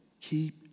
Keep